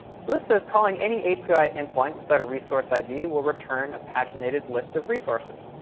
so this says calling any api endpoint without a resource id will return a paginated list of resources.